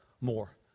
more